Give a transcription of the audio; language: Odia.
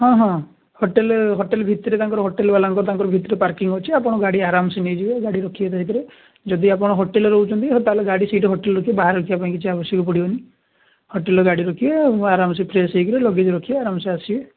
ହଁ ହଁ ହୋଟେଲ୍ ହୋଟେଲ୍ ଭିତରେ ତାଙ୍କର ହୋଟେଲବାଲାଙ୍କ ତାଙ୍କର ଭିତରେ ପାର୍କିଙ୍ଗ୍ ଅଛି ଆପଣ ଗାଡ଼ି ଆରାମସେ ନେଇଯିବେ ଗାଡ଼ି ରଖିବେ ତା ଭିତିରେ ଯଦି ଆପଣ ହୋଟେଲ୍ ରେ ରହୁଛନ୍ତି ହଉ ତାହାଲେ ଗାଡ଼ି ସେଠି ହୋଟେଲ୍ ରେ ରଖିବେ ବାହାରେ ରଖିବାପାଇଁ କିଛି ଆବଶ୍ୟକ ପଡ଼ିବନି ହୋଟେଲ୍ ରେ ଗାଡ଼ି ରଖିବେ ଆରାମସେ ଫ୍ରେଶ୍ ହେଇକିରି ଲଗେଜ୍ ରଖିବେ ଆରାମସେ ଆସିବେ